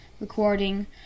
recording